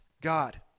God